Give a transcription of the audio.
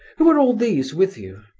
who are all these with you?